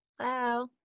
Hello